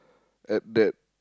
at that